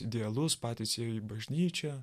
idealus patys ėjo į bažnyčią